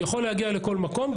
הוא יכול להגיע לכל מקום.